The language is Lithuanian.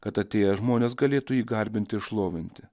kad atėję žmonės galėtų jį garbinti ir šlovinti